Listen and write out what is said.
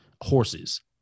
horses